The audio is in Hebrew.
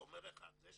ואומר לך את זה,